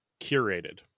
curated